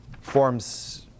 forms